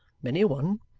many a one.